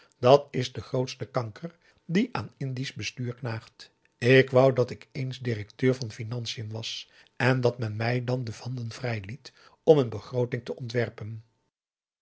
dat is de grootste kanker die aan indië's bestuur knaagt ik wou dat ik eens directeur van financiën was en dat men mij dan de handen vrij liet om een begrooting te ontwerpen